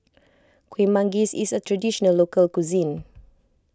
Kueh Manggis is a Traditional Local Cuisine